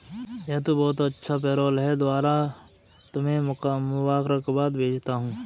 यह तो बहुत अच्छा पेरोल है दोबारा तुम्हें मुबारकबाद भेजता हूं